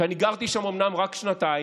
אומנם גרתי שם רק שנתיים,